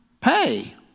pay